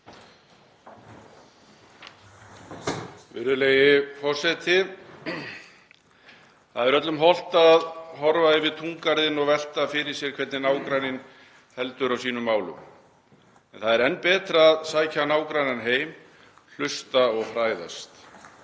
Það er öllum hollt að horfa yfir túngarðinn og velta fyrir sér hvernig nágranninn heldur á sínum málum. En það er enn betra að sækja nágrannann heim, hlusta og fræðast.